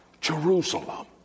Jerusalem